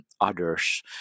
others